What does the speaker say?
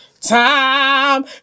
Time